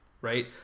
right